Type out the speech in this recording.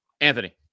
anthony